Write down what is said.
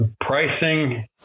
Pricing